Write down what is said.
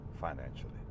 financially